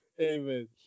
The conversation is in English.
Amen